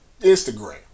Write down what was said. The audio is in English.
Instagram